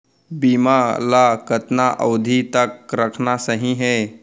बीमा ल कतना अवधि तक रखना सही हे?